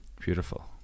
Beautiful